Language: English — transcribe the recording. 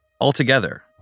altogether